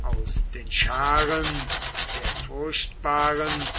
aus den scharen der furchtbaren